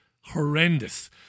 horrendous